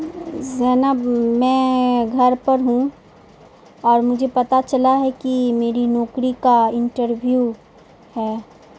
زینب میں گھر پر ہوں اور مجھے پتہ چلا ہے کہ میری نوکری کا انٹرویو ہے